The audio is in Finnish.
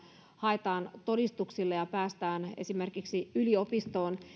haetaan todistuksilla ja päästään esimerkiksi yliopistoon